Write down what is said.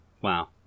Wow